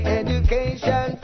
education